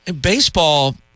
Baseball